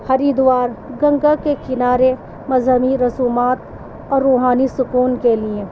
ہریدوار گنگا کے کنارے مذہبی رسومات اور روحانی سکون کے لیے